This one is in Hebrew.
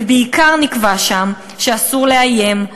ובעיקר נקבע שם שאסור לאיים,